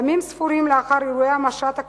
ימים ספורים לאחר אירועי המשט הקשים.